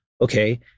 Okay